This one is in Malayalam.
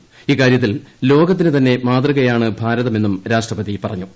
ഏഇക്കാരൃത്തിൽ ലോകത്തിന് തന്നെ മാതൃകയാണ് ഭാരതമെന്നും ്യ രാഷ്ട്രപതി പറഞ്ഞു